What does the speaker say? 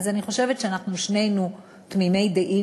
אז אני חושבת שאנחנו שנינו תמימי דעים